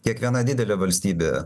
kiekviena didelė valstybė